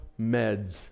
meds